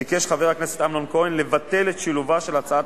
ביקש חבר הכנסת אמנון כהן לבטל את שילובה של הצעת